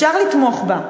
אפשר לתמוך בה.